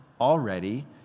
already